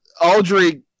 Audrey